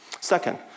Second